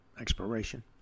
exploration